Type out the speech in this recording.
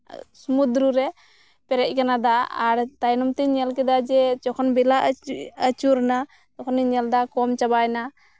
ᱥᱚᱢᱩᱫᱨᱚ ᱨᱮ ᱯᱮᱨᱮᱡ ᱠᱟᱱᱟ ᱫᱟᱜ ᱟᱨ ᱛᱟᱭᱱᱚᱢ ᱛᱚᱧ ᱧᱮᱞ ᱠᱮᱫᱟ ᱡᱮ ᱡᱚᱠᱷᱚᱱ ᱡᱚᱢ ᱟᱪᱩᱨᱱᱟ ᱛᱚᱠᱷᱚᱱᱤᱧ ᱧᱮᱞ ᱫᱟ ᱠᱚᱢ ᱪᱟᱵᱟᱭᱱᱟ